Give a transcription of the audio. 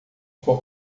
por